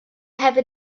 hefyd